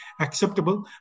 acceptable